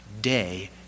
day